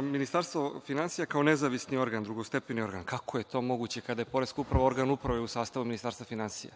Ministarstvo finansija kao nezavisni organ, drugostepeni organ. Kako je to moguće, kada je poreska uprava organ uprave u sastavu Ministarstva finansija.